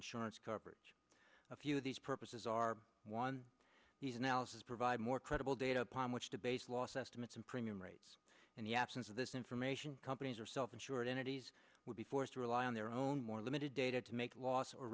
insurance coverage a few of these purposes are one the analysis provide more credible data upon which to base loss estimates and premium rates in the absence of this information companies are self insured entities will be forced to rely on their own more limited data to make a loss or